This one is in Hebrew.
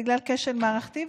בגלל כשל מערכתי,